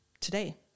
today